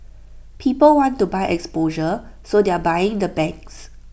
people want to buy exposure so they're buying the banks